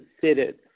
considered